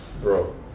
bro